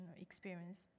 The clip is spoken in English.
experience